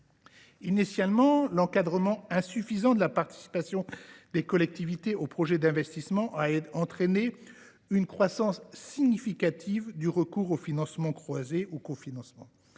Initialement, l’encadrement insuffisant de la participation des collectivités aux projets d’investissement a entraîné une croissance significative du recours aux financements croisés ou aux cofinancements.